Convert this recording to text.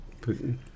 Putin